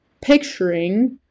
picturing